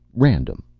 random.